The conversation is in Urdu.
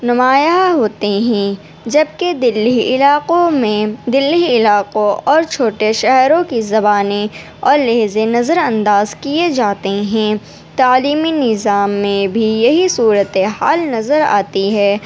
نمایاں ہوتے ہیں جبکہ دہلی علاقوں میں دہلی علاقوں اور چھوٹے شہروں کی زبانیں اور لحظے نظر انداز کیے جاتے ہیں تعلیمی نظام میں بھی یہی صورت حال نظر آتی ہے